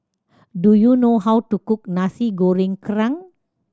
do you know how to cook Nasi Goreng Kerang